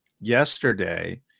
yesterday